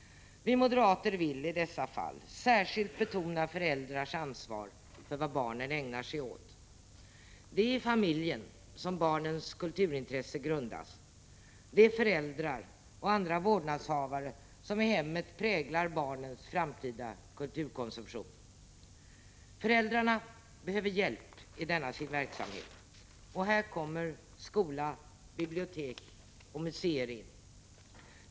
Vi moderater vill i dessa fall särskilt betona föräldrars ansvar för vad barnen ägnar sig åt. Det är i familjen som barnens kulturintresse grundas, det är föräldrar och andra vårdnadshavare som i hemmet präglar barnens framtida kulturkonsumtion. Föräldrarna behöver hjälp i denna sin verksamhet, och här kommer skola, bibliotek och museer in.